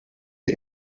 die